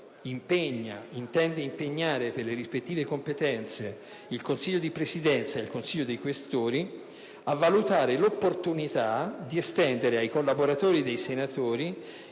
impegna, per le rispettive competenze, il Consiglio di Presidenza ed il Collegio dei Questori a valutare l'opportunità di estendere ai collaboratori dei Senatori